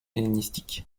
hellénistique